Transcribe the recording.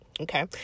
Okay